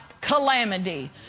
calamity